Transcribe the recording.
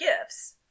gifts